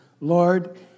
Lord